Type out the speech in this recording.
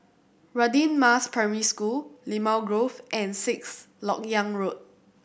Radin Mas Primary School Limau Grove and Sixth Lok Yang Road